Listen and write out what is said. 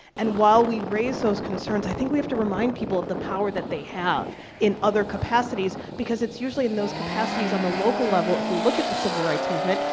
and while we raise those concerns, i think we have to remind people of the power that they have in other capacities, because it's usually in those capacities on the local level, if we look at the civil rights movement,